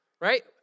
right